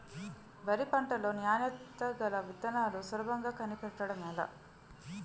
వరి పంట లో నాణ్యత గల విత్తనాలను సులభంగా కనిపెట్టడం ఎలా?